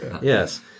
Yes